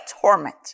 torment